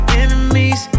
enemies